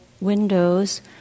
windows